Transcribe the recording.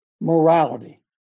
morality